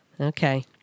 Okay